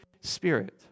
Spirit